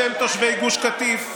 בשם תושבי גוש קטיף,